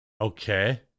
okay